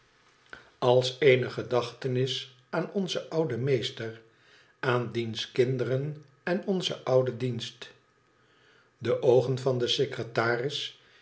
als eene gedachtenis aan onzen ouden meester aan diens kinderen en onzen ouden dienst de oogen van den secretaris